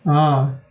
ah